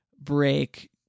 break